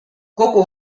kogu